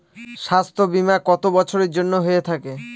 স্বাস্থ্যবীমা কত বছরের জন্য হয়ে থাকে?